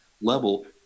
level